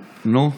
נו?